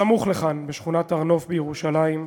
סמוך לכאן, בשכונת הר-נוף בירושלים.